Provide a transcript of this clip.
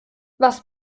was